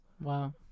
Wow